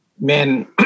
men